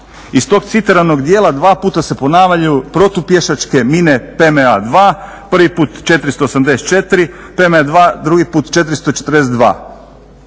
Iz tog citiranog dijela dva puta se ponavljaju protupješačke mine PM 2, prvi put 484 PM 2, drugi put 442.